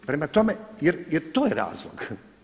Prema tome, jer to je razlog.